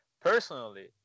Personally